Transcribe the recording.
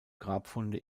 grabfunde